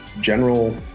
general